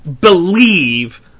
believe